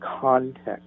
context